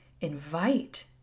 invite